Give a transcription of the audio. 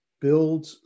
build